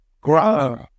grow